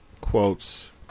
quotes